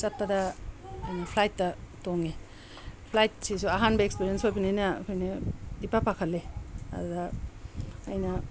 ꯆꯠꯄꯗ ꯀꯩꯅꯣ ꯐ꯭ꯂꯥꯏꯠꯇ ꯇꯣꯡꯉꯤ ꯐ꯭ꯂꯥꯏꯠꯁꯤꯁꯨ ꯑꯍꯥꯟꯕ ꯑꯦꯛꯁꯄꯤꯔꯤꯌꯦꯟꯁ ꯑꯣꯏꯕꯅꯤꯅ ꯑꯩꯈꯣꯏꯅ ꯏꯄꯥ ꯄꯥꯈꯠꯂꯤ ꯑꯗꯨꯗ ꯑꯩꯅ